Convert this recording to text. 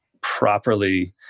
properly